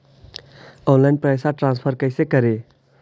Online पैसा transfer कैसे करे?